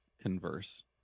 converse